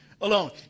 alone